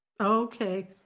Okay